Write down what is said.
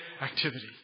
activity